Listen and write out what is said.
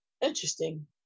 interesting